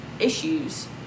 issues